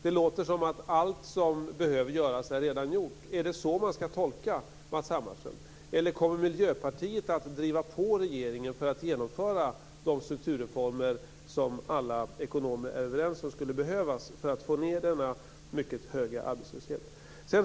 Det låter som att allt som behöver göras redan är gjort. Är det så man skall tolka Matz Hammarström? Eller kommer Miljöpartiet att driva på regeringen för att genomföra de strukturreformer som alla ekonomer är överens om skulle behövas för att få ned denna mycket höga arbetslöshet?